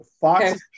Fox